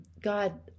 God